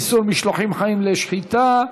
איסור משלוחים חיים לשחיטה),